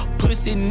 pussy